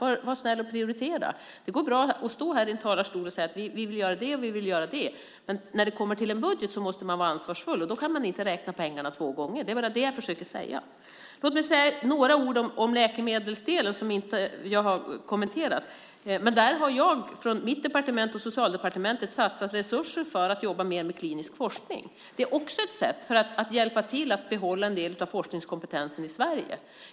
Var snäll och prioritera! Det går bra att stå i talarstolen och säga: Vi vill göra det, och vi vill göra det. Men när det kommer till en budget måste man vara ansvarsfull, och då kan man inte räkna pengarna två gånger. Det är bara det jag försöker säga. Låt mig säga några ord som läkemedelsdelen, som jag inte har kommenterat. Där har mitt departement och Socialdepartementet satsat resurser för att jobba mer med klinisk forskning. Det är också ett sätt att hjälpa till att behålla en del av forskningskompetensen i Sverige.